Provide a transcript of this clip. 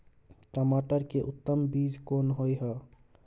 टमाटर के उत्तम बीज कोन होय है?